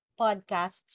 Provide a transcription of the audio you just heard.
podcasts